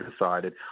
decided